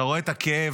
אתה רואה את הכאב,